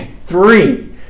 Three